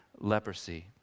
leprosy